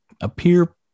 appear